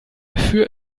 für